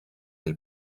elle